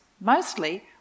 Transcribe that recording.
Mostly